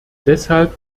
deshalb